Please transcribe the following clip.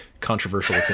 controversial